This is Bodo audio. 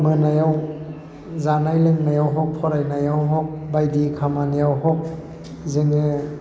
मोनायाव जानाय लोंनायाव हक बा फरायनायाव हक बायदि खामानियाव हक जोङो